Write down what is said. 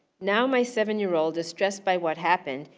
now my seven year old is stressed by what happened.